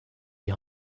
die